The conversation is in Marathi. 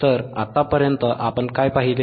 तर आत्तापर्यंत आपण काय पाहिले